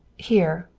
here,